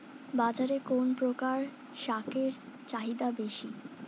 বাজারে কোন প্রকার শাকের চাহিদা বেশী?